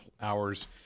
hours